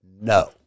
no